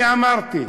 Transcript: אני אמרתי,